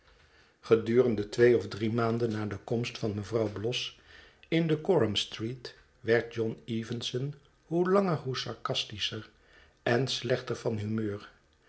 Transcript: gedurende twee of drie maanden na de komst van mevrouw bloss in de coramstraat werd john evenson hoe langer zoo sarkastischer en slechter van humeur